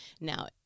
Now